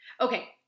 Okay